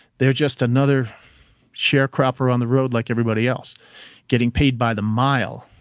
they're just another sharecropper on the road like everybody else getting paid by the mile.